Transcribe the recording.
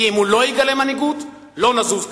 כי אם הוא לא יגלה מנהיגות לא נזוז קדימה.